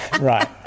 Right